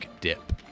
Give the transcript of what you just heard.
dip